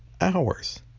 hours